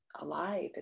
alive